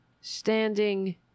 standing